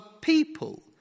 people